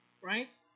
right